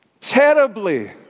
terribly